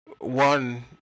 one